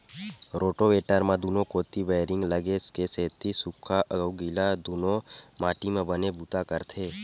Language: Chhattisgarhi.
रोटावेटर म दूनो कोती बैरिंग लगे के सेती सूख्खा अउ गिल्ला दूनो माटी म बने बूता करथे